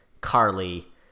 Carly